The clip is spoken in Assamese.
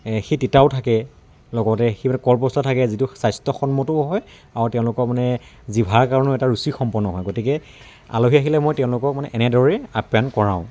এই সেই তিতাও থাকে লগতে সেইবিলাক কলপচলাও থাকে যিটো স্বাস্থ্যসন্মতও হয় আৰু তেওঁলোকৰ মানে জিভাৰ কাৰণেও এটা ৰুচিসম্পন্নও হয় গতিকে আলহি আহিলে মই তেওঁলোকক মানে এনেদৰেই আপ্যায়ন কৰাওঁ